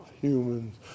humans